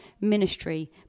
ministry